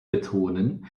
betonen